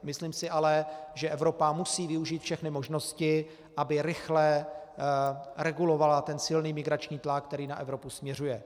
Myslím si ale, že Evropa musí využít všechny možnosti, aby rychle regulovala ten silný migrační tlak, který na Evropu směřuje.